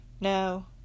No